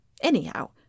Anyhow